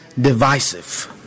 divisive